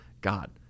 God